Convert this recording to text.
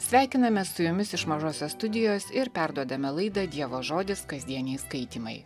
sveikinamės su jumis iš mažosios studijos ir perduodame laidą dievo žodis kasdieniai skaitymai